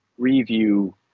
review